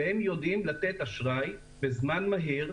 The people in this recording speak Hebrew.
שהם יודעים לתת אשראי בזמן מהיר,